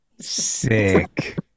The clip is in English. Sick